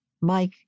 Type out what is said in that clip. Mike